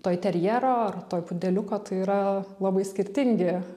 toiterjero ar toipudeliuko tai yra labai skirtingi